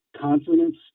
confidence